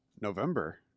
November